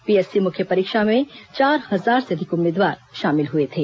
PSC मुख्य परीक्षा में चार हजार से अधिक उम्मीदवार शामिल हुए थे